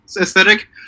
aesthetic